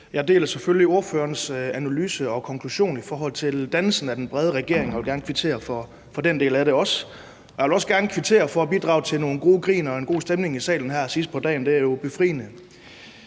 selvfølgelig ordførerens analyse og konklusion i forhold til dannelsen af den brede regering, og jeg vil gerne kvittere for den del af det også. Jeg vil også gerne kvittere for, at ordføreren bidrager til nogle gode grin og en god stemning i salen her sidst på dagen – det er jo befriende.